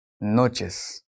noches